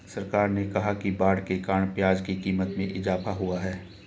सरकार ने कहा कि बाढ़ के कारण प्याज़ की क़ीमत में इजाफ़ा हुआ है